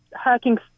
hacking